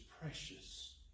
precious